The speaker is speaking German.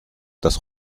das